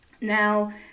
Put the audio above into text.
Now